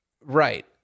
Right